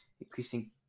increasing